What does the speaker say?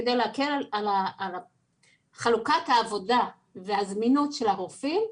על מנת להקל על חלוקת העבודה ועל הזמינות של הרופאים,